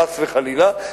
חס וחלילה,